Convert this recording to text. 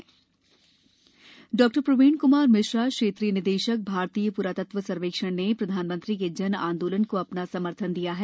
जन आंदोलन डॉ प्रवीण कुमार मिश्रा क्षेत्रीय निदेशक भारतीय पुरातत्व सर्वेक्षण ने प्रधानमंत्री के जन आंदोलन को अपना समर्थन दिया है